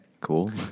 cool